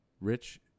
Rich